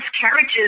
carriages